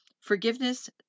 Forgiveness